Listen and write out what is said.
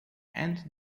and